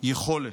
יכולת.